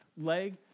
leg